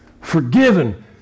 forgiven